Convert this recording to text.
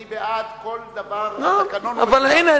אני בעד כל דבר שהתקנון קבע.